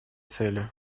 цели